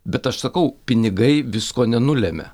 bet aš sakau pinigai visko nenulemia